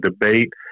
debate